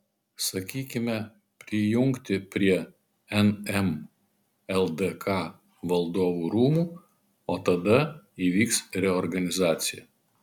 sakykime prijungti prie nm ldk valdovų rūmų o tada įvyks reorganizacija